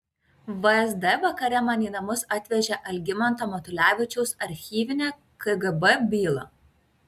vsd vakare man į namus atvežė algimanto matulevičiaus archyvinę kgb bylą